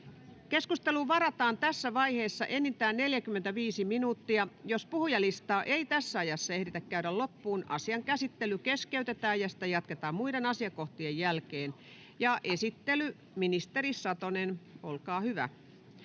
Keskusteluun varataan tässä vaiheessa enintään 45 minuuttia. Jos puhujalistaa ei tässä ajassa ehditä käydä loppuun, asian käsittely keskeytetään ja sitä jatketaan muiden asiakohtien jälkeen. Teille kaikille tiedoksi, että